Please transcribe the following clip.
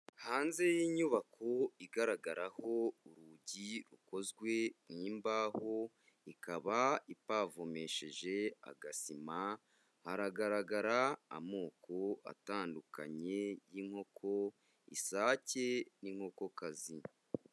Hanze y'inyubako igaragaraho urugi rukozwe n'imbaho, ikaba ipavomesheje agasima, hagaragara amoko atandukanye y'inkoko isake n'inkokokazi.